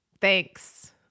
thanks